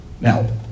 Now